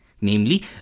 Namely